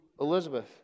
Elizabeth